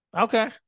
okay